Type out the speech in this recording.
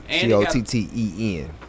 C-O-T-T-E-N